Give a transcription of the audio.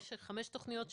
יש חמש תכניות שאושרו,